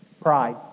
pride